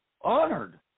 honored